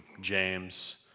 James